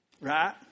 Right